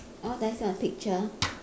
oh there's a picture